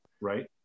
Right